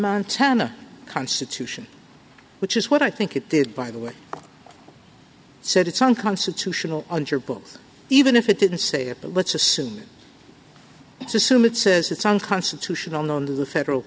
montana constitution which is what i think it did by the way said it's unconstitutional on your books even if it didn't say it but let's assume it's assume it says it's unconstitutional no into the federal